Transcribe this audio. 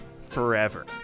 forever